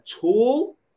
tool